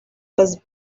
was